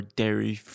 dairy